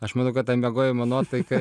aš manau kad ta miegojimo nuotaika